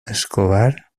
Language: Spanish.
escobar